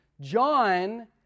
John